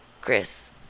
Chris